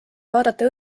vaadata